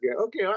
Okay